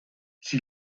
sie